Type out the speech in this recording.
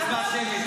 מה זה?